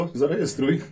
zarejestruj